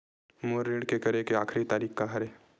मोर ऋण के करे के आखिरी तारीक का हरे?